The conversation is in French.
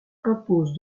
impose